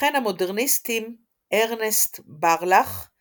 וכן המודרניסטים ארנסט בארלאך ,